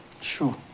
Sure